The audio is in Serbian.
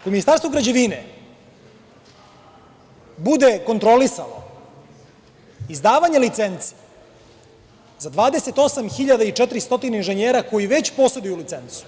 Ako Ministarstvo građevine, bude kontrolisalo izdavanje licence za 28.400 inženjera koji već poseduju licencu,